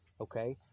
okay